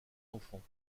enfants